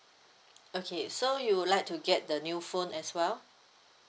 okay so you would like to get the new phone as well